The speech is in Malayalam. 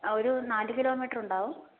ആ ഒരു നാലു കിലോമീറ്റർ ഉണ്ടാവും